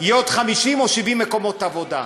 יהיו עוד 50 או 70 מקומות עבודה.